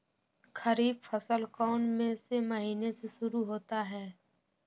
खरीफ फसल कौन में से महीने से शुरू होता है?